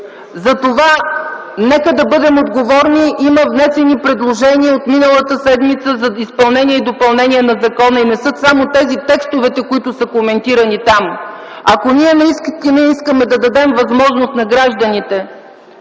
Затова нека да бъдем отговорни! Има внесени предложения от миналата седмица за изменение и допълнение на закона. И не са само тези текстовете, които са коментирани там. Ако наистина искаме да дадем възможност на гражданите